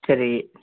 சரி